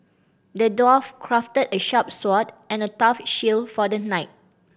the dwarf crafted a sharp sword and a tough shield for the knight